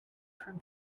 from